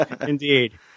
Indeed